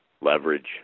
Leverage